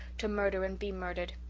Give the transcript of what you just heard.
to murder and be murdered.